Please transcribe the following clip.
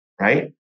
Right